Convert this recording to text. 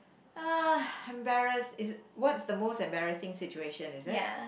uh embarrass is it what is the most embarrassing situation is it